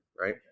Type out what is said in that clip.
right